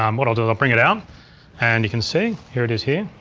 um what i'll do is i'll bring it out and you can see here it is here.